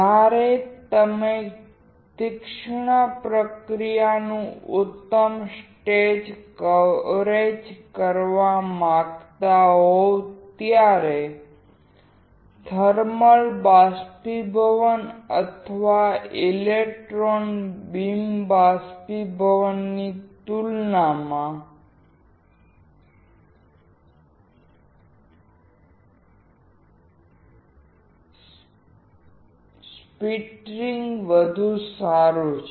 જ્યારે તમે તીક્ષ્ણ પ્રક્રિયા નું ઉત્તમ સ્ટેપ કવરેજ મેળવવા માંગતા હો ત્યારે થર્મલ બાષ્પીભવન અથવા ઇલેક્ટ્રોન બીમ બાષ્પીભવન ની તુલનામાં સ્પટરિંગ વધુ સારું છે